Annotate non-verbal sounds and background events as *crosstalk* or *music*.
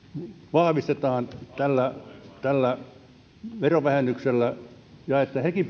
vahvistetaan tällä tällä verovähennyksellä ja että hekin *unintelligible*